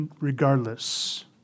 regardless